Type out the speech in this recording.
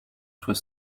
soit